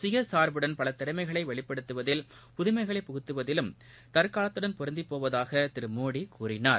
சுயசார்புடன்பலதிறமைகளைவெளிப்படுத்துவதல்புதுமைக ளைப் புகுத்துவதிலும் தற்காலத்துடன்பொருந்திப்போவதாககூமோடிகூறினார்